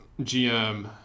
GM